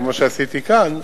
כמו שעשיתי כאן,